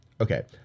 okay